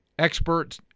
Experts